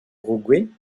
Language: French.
uruguay